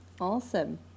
awesome